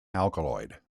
alkaloid